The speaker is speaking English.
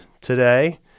today